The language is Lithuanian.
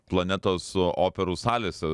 planetos operų salėse